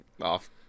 off